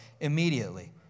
Immediately